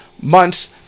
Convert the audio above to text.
months